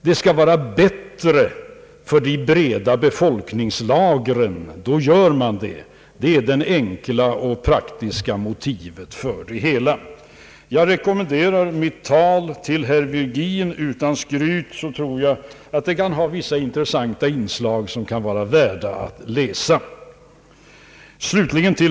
Om det blir bättre för de breda befolkningslagren, då gör man det. Det är det enkla och praktiska motivet för det hela. Jag rekommenderar mitt tal till herr Virgin. Utan skryt tror jag att det kan ha vissa intressanta inslag som är värda att läsa.